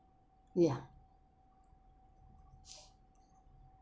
ya